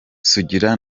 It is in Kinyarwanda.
sugira